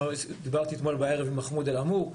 דיברתי אתמול בערב עם מחמוד אלעמור,